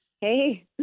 Hey